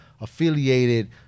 affiliated